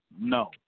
No